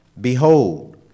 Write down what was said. Behold